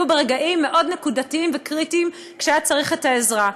ברגעים מאוד נקודתיים וקריטיים כשהיה צורך בעזרה.